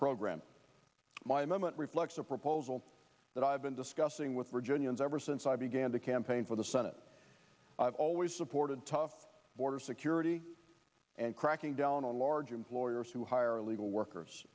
program my moment reflects a proposal that i've been discussing with virginians ever since i began to campaign for the senate i've always supported tough border security and cracking down on large employers who hire illegal workers